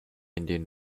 indian